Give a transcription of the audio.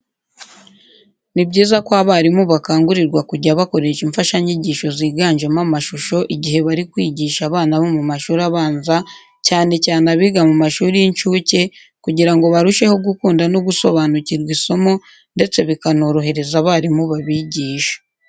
Ni byiza ko abarimu bakangurirwa kujya bakoresha imfashanyigisho ziganjemo amashusho igihe bari kwigisha abana bo mu mashuri abanza cyane cyane abiga mu mashuri y'incuke kugira ngo barusheho gukunda no gusobanukirwa isomo ndetse bikanorohereza abarimu babigisha.